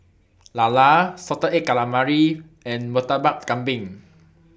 Lala Salted Egg Calamari and Murtabak Kambing